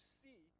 see